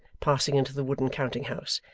passing into the wooden counting-house,